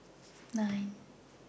nine